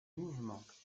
mouvements